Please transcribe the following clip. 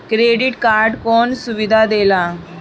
Credit card कौन सुबिधा देला?